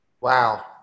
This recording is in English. Wow